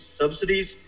subsidies